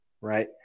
right